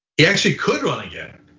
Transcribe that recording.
he actually could run again.